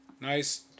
Nice